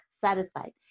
satisfied